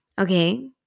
Okay